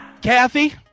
Kathy